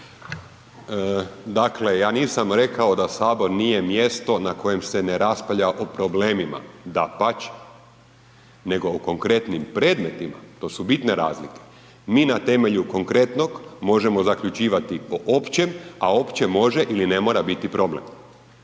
Dakle, ja nisam rekao da Sabor nije mjesto na kojem se ne raspravlja o problemima, dapače, nego o konkretnim predmetima to su bitne razlike. Mi na temelju konkretnog možemo zaključivati po općem, a opće može ili mora biti problem.